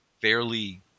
fairly